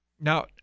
Now